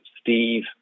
Steve